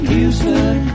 Houston